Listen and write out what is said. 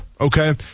okay